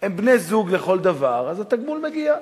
הם בני-זוג לכל דבר אז התגמול מגיע.